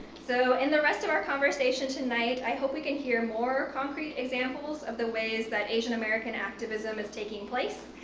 so in the rest of our conversation tonight, i hope we can hear more concrete examples of the ways that asian american activism is taking place,